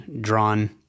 drawn